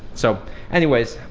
so anyways,